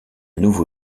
nouveau